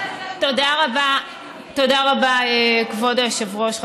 תודה רבה, כבוד היושב-ראש.